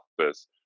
office